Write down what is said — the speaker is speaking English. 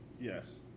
Yes